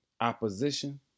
opposition